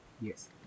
Yes